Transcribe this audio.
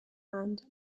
and